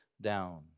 down